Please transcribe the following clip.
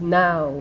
now